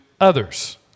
others